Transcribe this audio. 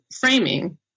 framing